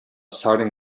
starting